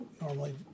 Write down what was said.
normally